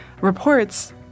reports